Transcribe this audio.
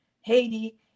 Haiti